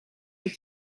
est